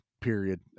period